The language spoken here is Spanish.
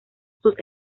sus